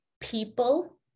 people